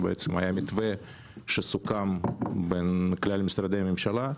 מתווה שסוכם בין כלל משרדי הממשלה,